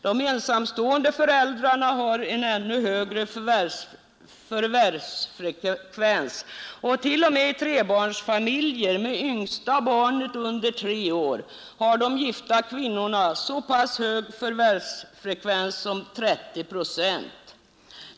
De ensamstående föräldrarna har en ännu högre förvärvsfrekvens och t.o.m. i trebarnsfamiljer med yngsta barnet under 3 år har de gifta kvinnorna så hög förvärvsfrekvens som 30 procent.